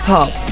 Pop